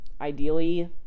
ideally